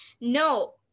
No